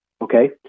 Okay